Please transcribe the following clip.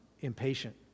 impatient